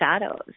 shadows